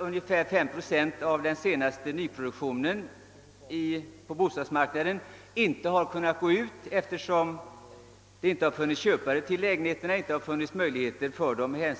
ungefär 5 procent av den senaste nyproduktionen på bostadsmarknaden inte kunnat hyras ut, eftersom folk på grund av lönesättning inte har haft möjlighet att betala hyrorna.